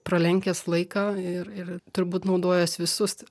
pralenkęs laiką ir ir turbūt naudojęs visus